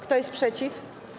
Kto jest przeciw?